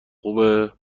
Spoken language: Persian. خوبه